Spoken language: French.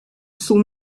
sont